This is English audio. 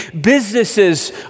businesses